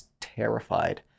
terrified